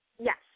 Yes